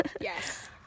Yes